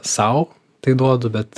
sau tai duodu bet